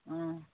অঁ